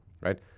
right